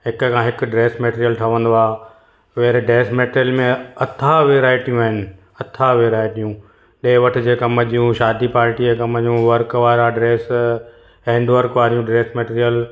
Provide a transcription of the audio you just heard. हिक खां हिक ड्रेस मैटिरियल ठवंदो आहे फिर ड्रेस मैटिरियल में अथाह वैरायटियूं आहिनि अथाह वैरायटियूं ॾे वठि जे कम जूं शादी पाटी जे कम जूं वर्क वारा ड्रेस हैंडवर्क वारियूं ड्रेस मैटिरियल